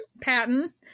Patton